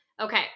okay